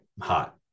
Hot